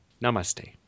Namaste